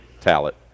talent